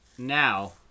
now